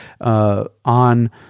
on